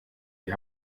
die